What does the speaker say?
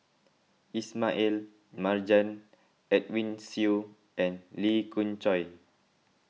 Ismail Marjan Edwin Siew and Lee Khoon Choy